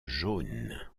jaune